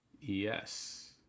yes